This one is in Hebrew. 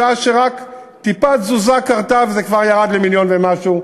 בשעה שרק טיפת תזוזה קרתה וזה כבר ירד למיליון ומשהו.